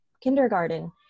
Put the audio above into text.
kindergarten